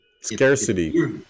scarcity